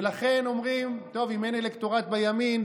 ולכן אומרים: אם אין אלקטורט בימין,